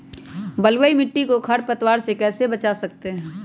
बलुई मिट्टी को खर पतवार से कैसे बच्चा सकते हैँ?